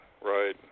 right